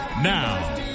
Now